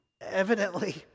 Evidently